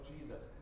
Jesus